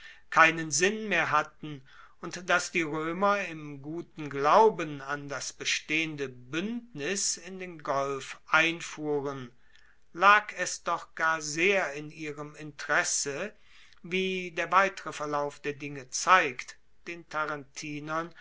keinen sinn mehr hatten und dass die roemer im guten glauben an das bestehende buendnis in den golf einfuhren lag es doch gar sehr in ihrem interesse wie der weitere verlauf der dinge zeigt den